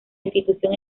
institución